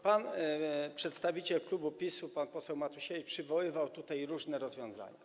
Przedstawiciel klubu PiS pan poseł Matusiewicz przywoływał tutaj różne rozwiązania.